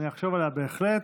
אני אחשוב עליה בהחלט.